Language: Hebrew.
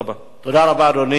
תודה רבה, אדוני.